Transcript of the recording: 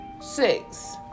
Six